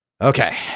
Okay